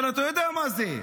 אבל אתה יודע מה זה,